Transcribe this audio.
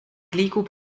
liigub